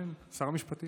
כמה הכול נפלא